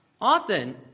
Often